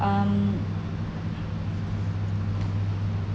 um